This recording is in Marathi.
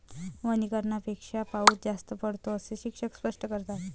वनीकरणापेक्षा पाऊस जास्त पडतो, असे शिक्षक स्पष्ट करतात